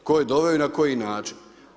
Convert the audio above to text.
Tko je doveo i na koji način?